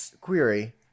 Query